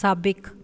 साबिकु